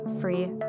free